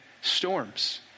storms